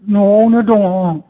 न'आवनो दङ'